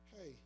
Hey